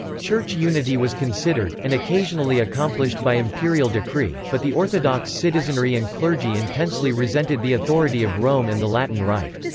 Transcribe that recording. church unity was considered, and occasionally accomplished by imperial decree, but the orthodox citizenry and clergy intensely resented the authority of rome and the latin rite.